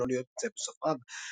זימנו להיות בצוות סופריו.